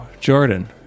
Jordan